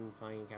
playing